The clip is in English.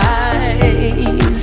eyes